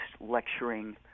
lecturing